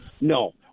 No